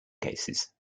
cases